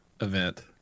event